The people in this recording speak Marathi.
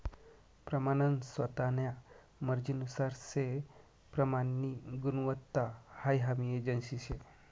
प्रमानन स्वतान्या मर्जीनुसार से प्रमाननी गुणवत्ता हाई हमी एजन्सी शे